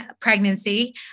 pregnancy